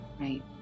Right